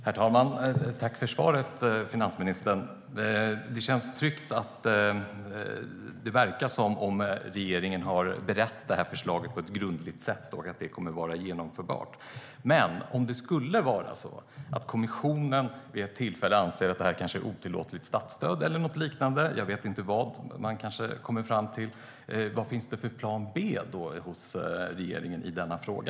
Herr talman! Tack, finansministern, för svaret! Det känns tryggt, och det verkar som om regeringen har berett förslaget på ett grundligt sätt och att det kommer att vara genomförbart. Men om kommissionen nu vid något tillfälle skulle komma att anse att det här kanske är otillåtligt statsstöd eller något liknande - jag vet inte vad man kan komma fram till - vad har då regeringen för plan B i denna fråga?